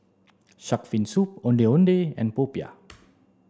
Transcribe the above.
shark fin soup ondeh ondeh and popiah